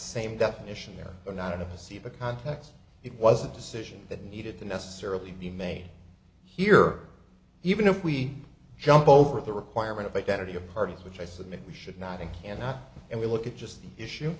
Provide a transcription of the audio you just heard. same definition there are not enough to see the context it was a decision that needed to necessarily be made here even if we jump over the requirement of identity of parties which i submit we should not and cannot and we look at just the issue